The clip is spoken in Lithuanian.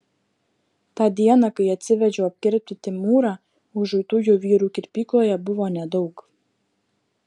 tą dieną kai atsivedžiau apkirpti timūrą užuitųjų vyrų kirpykloje buvo nedaug